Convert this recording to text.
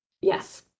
Yes